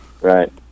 Right